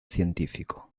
científico